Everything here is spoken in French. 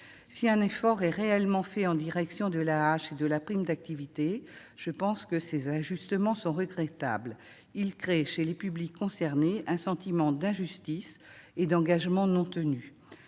Si un effort est réellement fait en direction de l'AAH et de la prime d'activité, je pense que ces ajustements sont regrettables. Ils créent chez les publics concernés un sentiment d'injustice et d'engagements non tenus.